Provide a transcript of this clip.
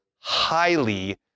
highly